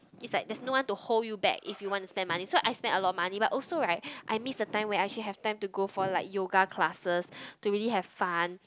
it's like there's no one to hold you back if you want to spend money so I spend a lot of money but also right I miss the time where I actually have time to go for like yoga classes to really have fun